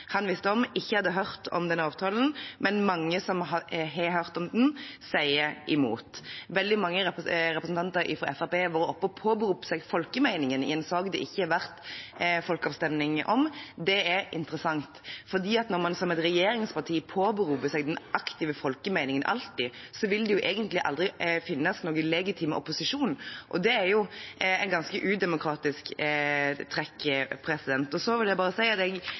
han visste om, ikke hadde hørt om denne avtalen, men at mange som har hørt om den, sier at de er imot. Veldig mange representanter fra Fremskrittspartiet har vært oppe og påberopt seg folkemeningen i en sak det ikke har vært folkeavstemning om. Det er interessant, for når man som et regjeringsparti påberoper seg den aktive folkemeningen – alltid – vil det egentlig aldri finnes noen legitim opposisjon. Det er et ganske udemokratisk trekk. Så vil jeg bare si at jeg